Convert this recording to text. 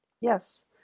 Yes